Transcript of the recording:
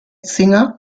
singer